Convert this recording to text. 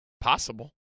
Possible